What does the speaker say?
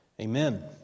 Amen